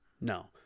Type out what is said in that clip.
no